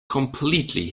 completely